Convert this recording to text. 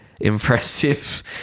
impressive